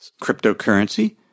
cryptocurrency